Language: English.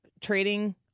trading